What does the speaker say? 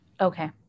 Okay